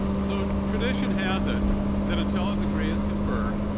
so tradition has it that, until a degree is conferred,